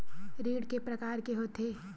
ऋण के प्रकार के होथे?